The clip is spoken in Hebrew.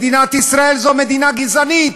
מדינת ישראל זו מדינה גזענית,